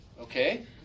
Okay